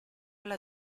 alla